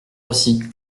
aussi